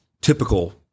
typical